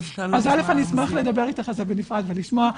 אני אשמח לדבר איתך על זה בנפרד ולשמוע.